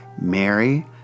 Mary